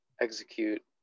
execute